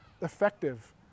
effective